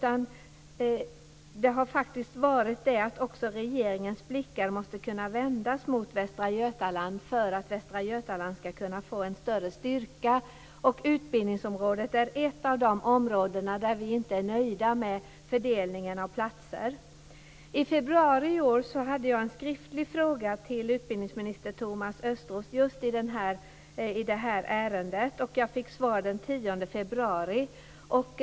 Avsikten har faktiskt också varit att regeringens blickar måste kunna vändas mot Västra Götaland, för att Västra Götaland skall kunna få en större styrka. Utbildningsområdet är ett av de områden där vi inte är nöjda. Det gäller fördelningen av platser. I februari i år ställde jag en skriftlig fråga till utbildningsminister Thomas Östros just i det här ärendet. Jag fick svar den 10 februari.